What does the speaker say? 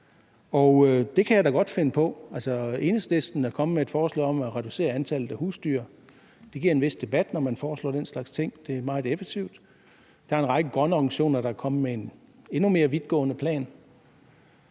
det kan jeg da godt finde på. Altså, Enhedslisten er kommet med et forslag om at reducere antallet af husdyr. Det giver en vis debat, når man foreslår den slags ting; det er meget effektivt. Der er en række grønne organisationer, der er kommet med en endnu mere vidtgående plan.